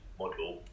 model